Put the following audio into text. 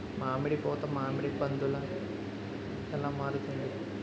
మామిడి పూత మామిడి పందుల ఎలా మారుతుంది?